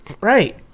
Right